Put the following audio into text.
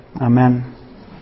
Amen